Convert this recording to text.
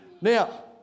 Now